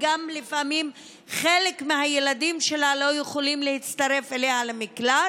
וגם לפעמים חלק מהילדים שלה לא יכולים להצטרף אליה למקלט,